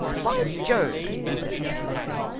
by jove! he said a day later,